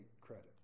credit